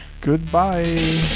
Goodbye